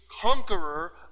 conqueror